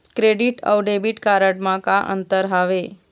Credit अऊ debit card म का अंतर हावे?